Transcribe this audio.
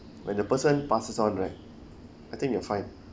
when the person passes on right I think you're fine